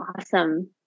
awesome